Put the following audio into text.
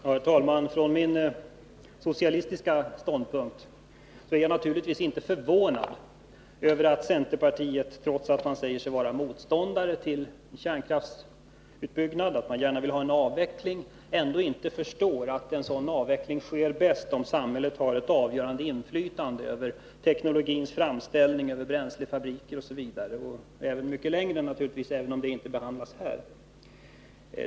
Herr talman! Från min socialistiska ståndpunkt är jag naturligtvis inte förvånad över att centerpartiet, trots att man säger sig vara motståndare till kärnkraftsutbyggnad och gärna vill ha en avveckling, ändå inte förstår att en sådan avveckling sker bäst om samhället har ett avgörande inflytande över teknologins framställning, bränslefabriker osv. — och detta bör sträcka sig mycket längre, naturligtvis, även om det inte behandlas här.